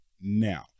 Now